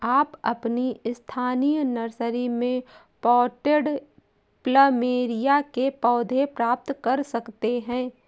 आप अपनी स्थानीय नर्सरी में पॉटेड प्लमेरिया के पौधे प्राप्त कर सकते है